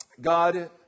God